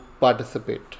participate